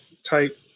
type